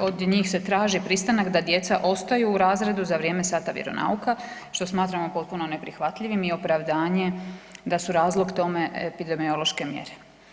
od njih se traži pristanak da djeca ostaju u razredu za vrijeme sata vjeronauka, što smatramo potpuno neprihvatljivim i opravdanje da su razlog tome epidemiološke mjere.